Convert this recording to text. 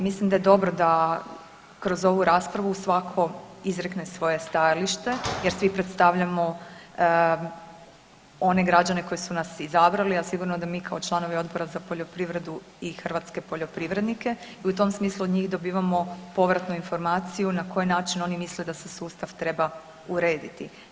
Mislim da je dobro da kroz ovu raspravu svatko izrekne svoje stajalište jer svi predstavljamo one građane koji su nas izabrali, a sigurno da mi kao članovi Odbora za poljoprivredu i hrvatske poljoprivrednike i u tom smislu od njih dobivamo povratnu informaciju na koji način oni misle da se sustav treba urediti.